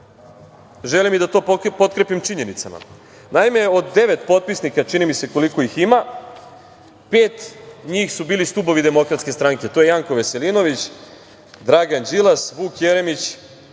želim i da to potkrepim činjenicama. Naime, od devet potpisnika čini mi se koliko ih ima, pet njih su bili stubovi Demokratske stranke. To je Janko Veselinović, Dragan Đilas, Vuk Jeremić,